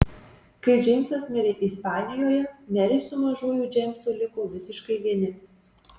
kai džeimsas mirė ispanijoje merė su mažuoju džeimsu liko visiškai vieni